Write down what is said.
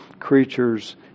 creatures